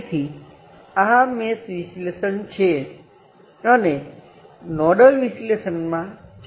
તેથી આ 2 kilo ohm રેઝિસ્ટરમાંથી કરંટ 3 કિલો ઓહ્મ રેઝિસ્ટરમાંથી વહેતા કરંટ બરાબર થશે